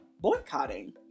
boycotting